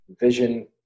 vision